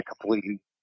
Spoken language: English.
completely